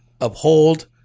uphold